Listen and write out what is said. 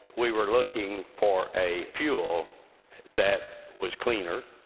we were looking for a fuel that was cleaner,